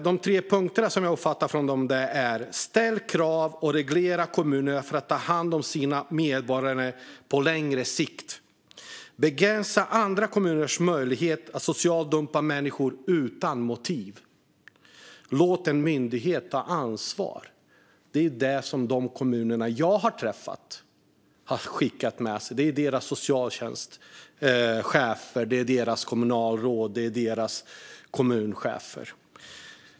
De tre punkter som de har tagit upp är: Ställ krav och reglera så att kommunerna tar hand om sina medborgare på längre sikt! Begränsa andra kommuners möjlighet att socialt dumpa människor utan motiv! Och låt en myndighet ta ansvar! Det är dessa tre saker som de kommuner som jag har träffat har skickat med - deras socialtjänstchefer, deras kommunalråd och deras kommunchefer.